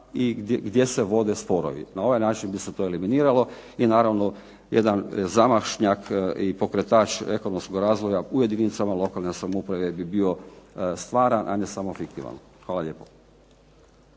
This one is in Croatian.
i gdje se vode sporovi. Na ovaj način bi se to eliminiralo i naravno jedan zamašnjak i pokretač ekonomskog razvoja u jedinicama lokalne samouprave bi bio stvaran, a ne samo fiktivan. Hvala lijepo.